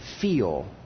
feel